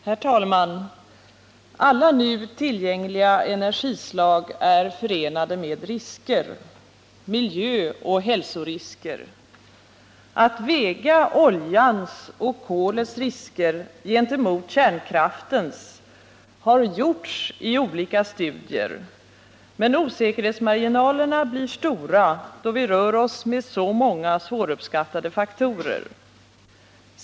Herr talman! Alla nu tillgängliga energislag är förenade med risker — miljöoch hälsorisker. I olika studier har man vägt oljans och kolets risker gentemot kärnkraftens, men osäkerhetsmarginalerna blir stora då vi rör oss med så många svåruppskattade faktorer.